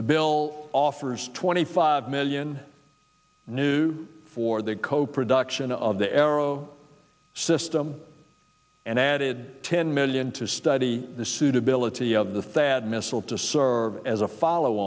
the bill offers twenty five million new for the coproduction of the arrow system and added ten million to study the suitability of the fat missile to serve as a follow